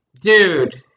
dude